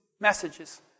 messages